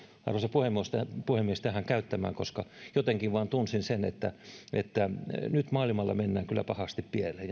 arvoisa puhemies tähän puhemies tähän käyttämään koska jotenkin vain tunsin että että nyt maailmalla mennään kyllä pahasti pieleen